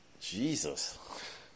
Jesus